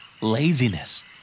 Laziness